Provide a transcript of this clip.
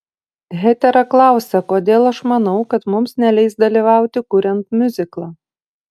hetera klausia kodėl aš manau kad mums neleis dalyvauti kuriant miuziklą